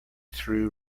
through